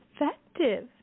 effective